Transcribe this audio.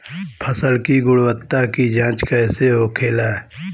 फसल की गुणवत्ता की जांच कैसे होखेला?